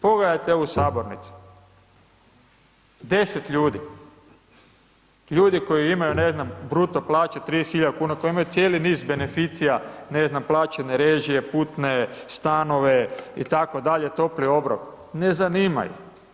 Pogledajte ovu sabornicu, 10 ljudi, ljudi koji imaju ne znam, bruto plaće 30 hiljada kuna, koji imaju cijeli niz beneficija, ne znam, plaćene režije, putne, stanove, itd. topli obrok ne zanimaju.